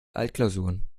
altklausuren